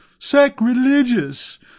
sacrilegious